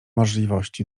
możliwości